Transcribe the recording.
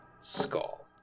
skull